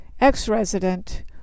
ex-resident